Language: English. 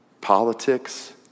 politics